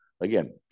Again